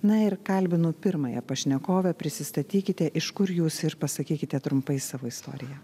na ir kalbinu pirmąją pašnekovę prisistatykite iš kur jūs ir pasakykite trumpai savo istoriją